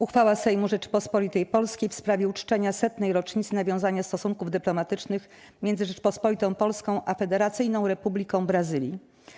Uchwała Sejmu Rzeczypospolitej Polskiej w sprawie uczczenia 100. rocznicy nawiązania stosunków dyplomatycznych między Rzecząpospolitą Polską a Federacyjną Republiką Brazylii.